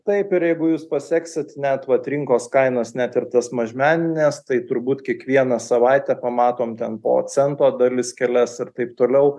taip ir jeigu jūs paseksit net vat rinkos kainas net ir tas mažmenines tai turbūt kiekvieną savaitę pamatom ten po cento dalis kelias ir taip toliau